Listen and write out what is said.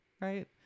right